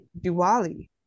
Diwali